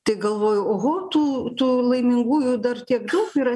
tai galvoju oho tų tų laimingųjų dar tiek daug yra